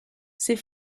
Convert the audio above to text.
ses